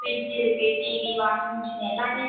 fridge இருக்கு TV washing machine எல்லாமே இருக்கு